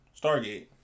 Stargate